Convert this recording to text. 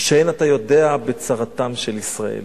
שאין אתה יודע בצרתם של ישראל.